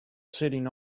sitting